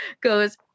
goes